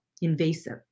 invasive